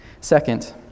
Second